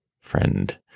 friend